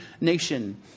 nation